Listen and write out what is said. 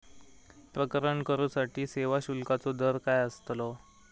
प्रकरण करूसाठी सेवा शुल्काचो दर काय अस्तलो?